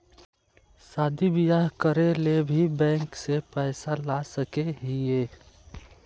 शादी बियाह करे ले भी बैंक से पैसा ला सके हिये?